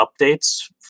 updates